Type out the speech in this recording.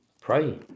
Pray